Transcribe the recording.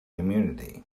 community